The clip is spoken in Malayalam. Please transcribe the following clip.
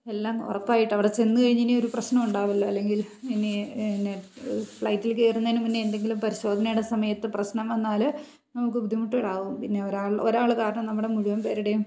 എല്ലാം ഉറപ്പായിട്ട് അവിടെ ചെന്നുകഴിഞ്ഞ് ഇനിയൊരു പ്രശ്നം ഉണ്ടാവില്ലല്ലോ അല്ലെങ്കിൽ എനിക്ക് പിന്നെ ഫ്ലൈറ്റിൽ കയറുന്നതിനു മുന്നേ എന്തെങ്കിലും പരിശോധനയുടെ സമയത്ത് പ്രശ്നം വന്നാൽ നമുക്ക് ബുദ്ധിമുട്ടുകളാവും പിന്നെ ഒരാൾ ഒരാൾ കാരണം നമ്മുടെ മുഴുവൻ പേരുടെയും